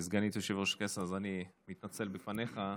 היא סגנית יושב-ראש הכנסת, אז אני מתנצל בפניך,